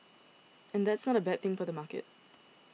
and that's not a bad thing for the market